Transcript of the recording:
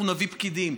אנחנו נביא פקידים.